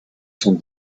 sont